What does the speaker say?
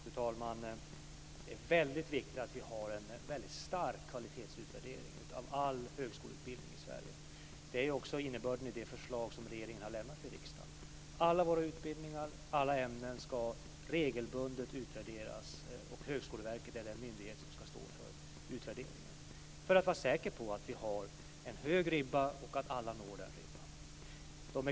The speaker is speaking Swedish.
Fru talman! Det är väldigt viktigt att vi har en väldigt stark kvalitetsutvärdering av all högskoleutbildning i Sverige. Det är också innebörden i det förslag som regeringen har lämnat till riksdagen. Alla våra utbildningar och alla ämnen ska regelbundet utvärderas. Och Högskoleverket är den myndighet som ska stå för utvärderingen för att man ska vara säker på att vi har en hög ribba och att alla når den ribban.